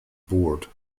board